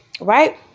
right